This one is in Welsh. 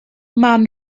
maen